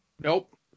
Nope